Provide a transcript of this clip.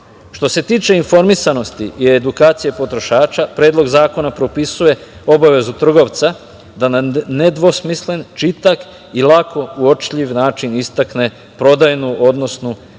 se tiče informisanosti i edukacije potrošača, Predlog zakona propisuje obavezu trgovca da na nedvosmislen, čitak i lako uočljiv način istakne prodajnu, odnosno jediničnu